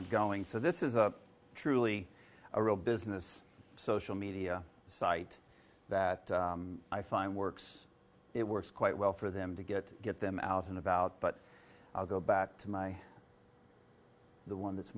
of going so this is a truly a real business social media site that i find works it works quite well for them to get get them out and about but i'll go back to my the one that's